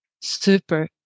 super